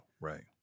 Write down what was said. Right